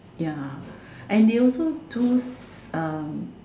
ya and they also do s~ um